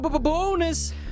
Bonus